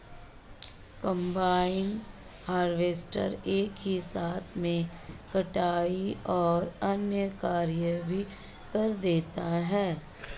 combine harvester एक ही साथ में कटाई और अन्य कार्य भी कर देती है